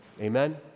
Amen